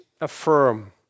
affirm